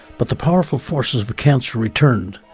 but the powerful forces of of cancer returned.